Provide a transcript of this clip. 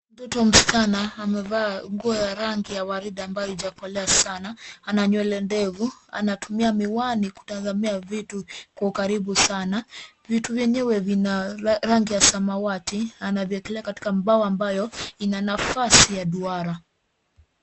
Mtoto msichana amevaa nguo ya rangi ya waridi ambayo haijakolea sana. Ana nywele ndefu, anatumia miwani kutazamia vitu kwa ukaribu sana. Vitu vyenyewe vina rangi ya samawati anavyoekelea katika mbao ambayo ina nafasi ya duara.